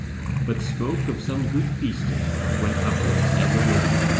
but smoke of some good feasting went upwards evermore,